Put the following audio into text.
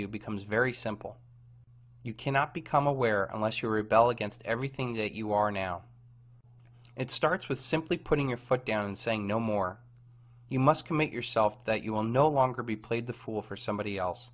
you becomes very simple you cannot become aware unless you rebel against everything that you are now it starts with simply putting your foot down and saying no more you must commit yourself that you will no longer be played the fool for somebody else